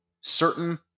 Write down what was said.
certain